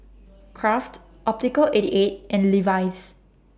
Kraft Optical eighty eight and Levis